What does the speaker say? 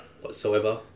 whatsoever